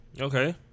Okay